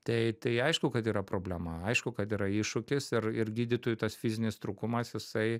tai tai aišku kad yra problema aišku kad yra iššūkis ir ir gydytojų tas fizinis trūkumas jisai